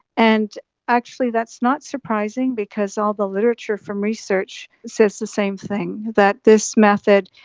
and actually that's not surprising because all the literature from research says the same thing, that this method,